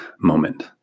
moment